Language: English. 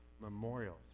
Memorials